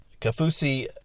Kafusi